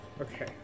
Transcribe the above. Okay